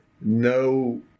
no